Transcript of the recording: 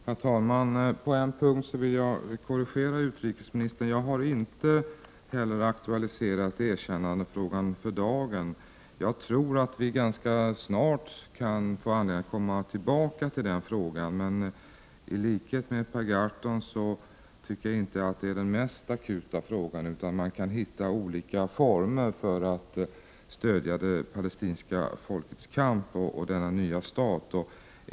Herr talman! På en punkt vill jag korrigera utrikesministern. Inte heller jag 15 november 1988 har aktualiserat erkännandefrågan för dagen. Jag tror att vi ganska snart kan. mo få anledning att komma tillbaka till den frågan, men i likhet med Per Gahrton tycker jag inte att det är den mest akuta. Man kan hitta olika former för att stödja det palestinska folkets kamp och denna nya stat.